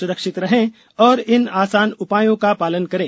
सुरक्षित रहें और इन आसान उपायों का पालन करें